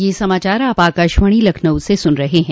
ब्रे क यह समाचार आप आकाशवाणी लखनऊ से सुन रहे हैं